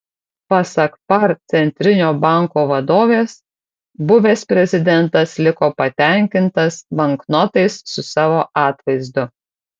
pasak par centrinio banko vadovės buvęs prezidentas liko patenkintas banknotais su savo atvaizdu